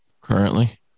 Currently